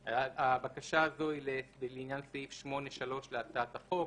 הבקשה הזאת היא לעניין סעיף 8(3) להצעת החוק,